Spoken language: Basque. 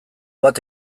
bat